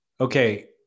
Okay